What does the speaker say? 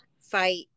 fight